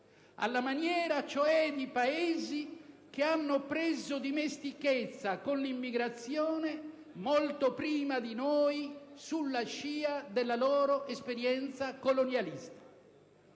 alla maniera cioè di Paesi che hanno preso dimestichezza con l'immigrazione molto prima di noi, sulla scia della loro esperienza colonialista.